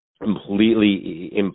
completely